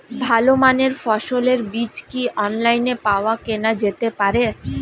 ভালো মানের ফসলের বীজ কি অনলাইনে পাওয়া কেনা যেতে পারে?